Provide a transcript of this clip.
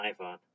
iPhone